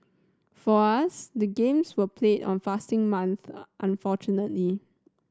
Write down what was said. for us the games were played on fasting month unfortunately